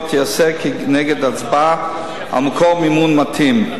תיעשה כנגד הצבעה על מקור מימון מתאים.